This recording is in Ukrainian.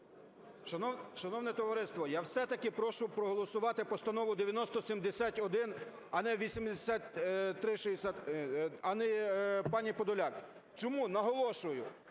Шановне товариство, я все-таки прошу проголосувати Постанову 9071, а не пані Подоляк. Чому? Наголошую.